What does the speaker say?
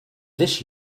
this